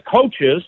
coaches